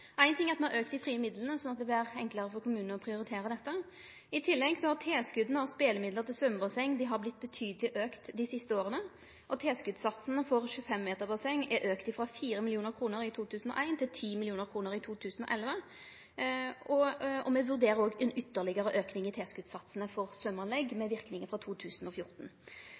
Ein ting er at me har auka dei frie midlane, slik at det vert enklare for kommunane å prioritere dette. I tillegg har tilskota av spelemidlar til symjebasseng vorte betydeleg auka dei siste åra, og tilskotssatsane for 25-metersbasseng er auka frå 4 mill. kr i 2001 til 10 mill. kr i 2011. Me vurderer òg ei ytterlegare auking i tilskotssatsane for symjeanlegg med verknad frå 2014.